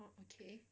okay